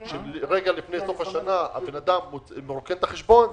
שרגע לפני סוף השנה הבן אדם מרוקן את החשבון,